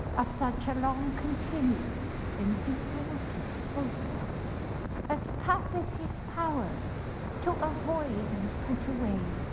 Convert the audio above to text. ah such a long-continued and deep-rooted scruple as passeth his power to avoid and put away.